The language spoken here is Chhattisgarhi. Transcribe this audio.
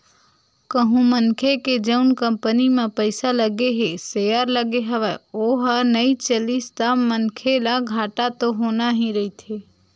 कहूँ मनखे के जउन कंपनी म पइसा लगे हे सेयर लगे हवय ओहा नइ चलिस ता मनखे ल घाटा तो होना ही रहिथे